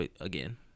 again